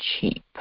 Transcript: cheap